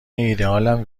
ایدهآلم